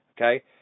Okay